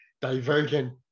divergent